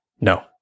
No